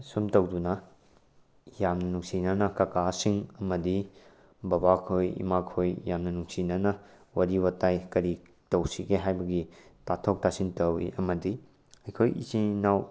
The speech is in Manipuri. ꯑꯁꯨꯝ ꯇꯧꯗꯨꯅ ꯌꯥꯝ ꯅꯨꯡꯁꯤꯅꯅ ꯀꯀꯥꯁꯤꯡ ꯑꯃꯗꯤ ꯕꯕꯥꯈꯣꯏ ꯏꯃꯥꯈꯣꯏ ꯌꯥꯝꯅ ꯅꯨꯡꯁꯤꯅꯅ ꯋꯥꯔꯤ ꯋꯇꯥꯏ ꯀꯔꯤ ꯇꯧꯁꯤꯒꯦ ꯍꯥꯏꯕꯒꯤ ꯇꯥꯊꯣꯛ ꯇꯥꯁꯤꯟ ꯇꯧꯏ ꯑꯃꯗꯤ ꯑꯩꯈꯣꯏ ꯏꯆꯤꯟ ꯏꯅꯥꯎ